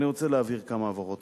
אני רוצה להבהיר כמה הבהרות.